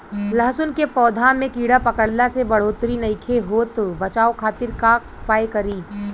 लहसुन के पौधा में कीड़ा पकड़ला से बढ़ोतरी नईखे होत बचाव खातिर का उपाय करी?